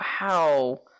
wow